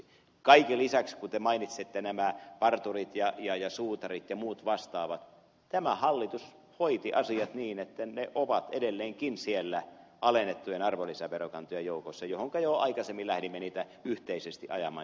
kaiken lisäksi kun te mainitsette nämä parturit ja suutarit ja muut vastaavat niin tämä hallitus hoiti asiat niin että ne ovat edelleenkin siellä alennettujen arvonlisäverokantojen joukossa joihinka jo aikaisemmin lähdimme niitä yhteisesti ajamaan ja viemään